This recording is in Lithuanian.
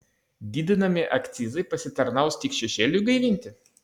didinami akcizai pasitarnaus tik šešėliui gaivinti